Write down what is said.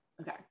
Okay